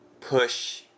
push